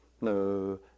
no